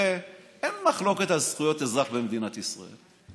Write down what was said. הרי אין מחלוקת על זכויות אזרח במדינת ישראל.